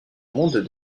monde